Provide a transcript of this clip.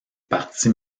parti